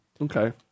Okay